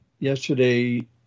yesterday